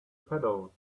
pedal